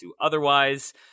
otherwise